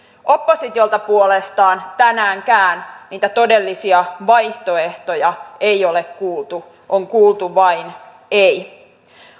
oppositiolta puolestaan tänäänkään niitä todellisia vaihtoehtoja ei ole kuultu on kuultu vain ei